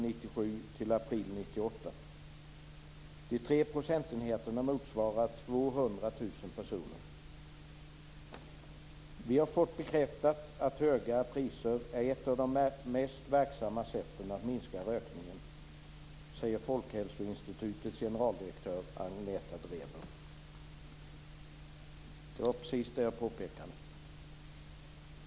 Vi har fått bekräftat att höga priser är ett av de mest verksamma sätten att minska rökningen, säger Det var precis detta som jag påpekade.